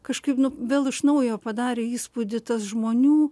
kažkaip nu vėl iš naujo padarė įspūdį tas žmonių